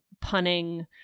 punning